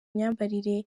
myambarire